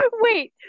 Wait